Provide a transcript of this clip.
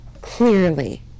Clearly